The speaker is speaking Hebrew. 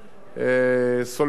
הסוללים ריינה,